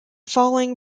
following